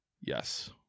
Yes